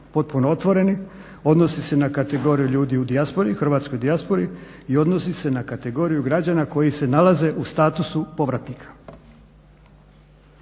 potpuno otvoreni, odnosi se na kategoriju ljudi u dijaspori, hrvatskoj dijaspori i odnosi se na kategoriju građana koji se nalaze u statusu povratnika.